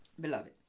Beloved